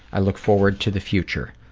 i look forward to the future.